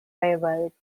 railroad